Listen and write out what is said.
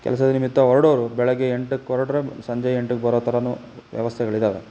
ಕೆಲಸದ ನಿಮಿತ್ತ ಹೊರಡೋರು ಬೆಳಿಗ್ಗೆ ಎಂಟಕ್ಕೆ ಹೊರಟರೆ ಸಂಜೆ ಎಂಟಕ್ಕೆ ಬರೋ ಥರವೂ ವ್ಯವಸ್ಥೆಗಳಿದ್ದಾವೆ